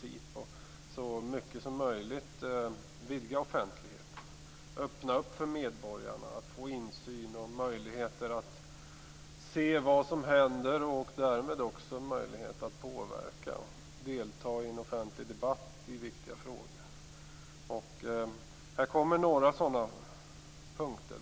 Man bör så mycket som möjligt vidga offentligheten, öppna upp för medborgarna att få insyn och möjligheter att se vad som händer och därmed också möjlighet att påverka och delta i en offentlig debatt i viktiga frågor. Jag har några sådana punkter.